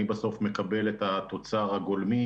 אני בסוף מקבל את התוצר הגולמי,